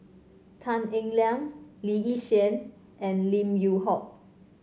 Tan Eng Liang Lee Yi Shyan and Lim Yew Hock